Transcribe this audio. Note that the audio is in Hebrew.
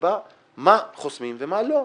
שתקבע מה חוסמים ומה לא,